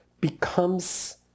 becomes